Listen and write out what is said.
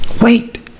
Wait